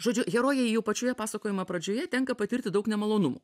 žodžiu herojai jau pačioje pasakojimo pradžioje tenka patirti daug nemalonumų